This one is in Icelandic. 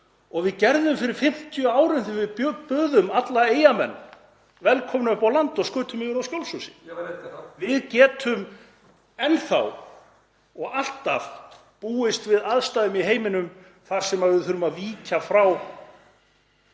og við gerðum fyrir 50 árum þegar við buðum alla Eyjamenn velkomna upp á land og skutum yfir þá skjólshúsi. (Gripið fram í.)Við getum enn þá og alltaf búist við aðstæðum í heiminum þar sem við þurfum að víkja frá